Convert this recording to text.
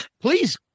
please